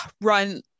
run